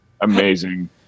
amazing